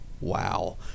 Wow